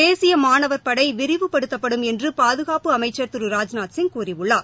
தேசிய மாணவர் படை விரிவுபடுத்தப்படும் என்று பாதுகாப்பு அமைச்சர் திரு ராஜ்நாத்சிங் கூறியுள்ளார்